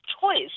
choice